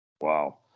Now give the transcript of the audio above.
Wow